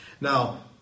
Now